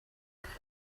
could